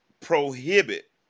prohibit